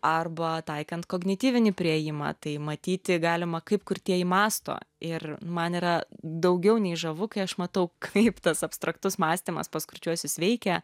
arba taikant kognityvinį priėjimą tai matyti galima kaip kurtieji mąsto ir man yra daugiau nei žavu kai aš matau kaip tas abstraktus mąstymas pas kurčiuosius veikia